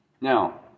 Now